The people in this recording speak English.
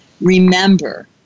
Remember